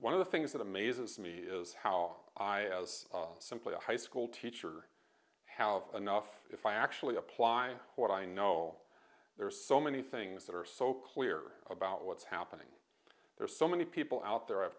one of the things that amazes me is how i as simply a high school teacher have enough if i actually apply what i know there are so many things that are so clear about what's happening there's so many people out there i've